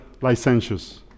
licentious